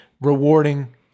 rewarding